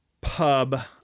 pub